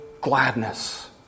gladness